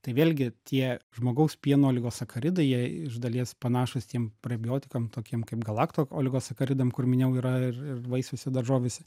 tai vėlgi tie žmogaus pieno oligosacharidai jie iš dalies panašūs tiem prebiotikam tokiem kaip galakto oligosacharidam kur minėjau yra ir ir vaisiuose daržovėse